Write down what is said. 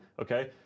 okay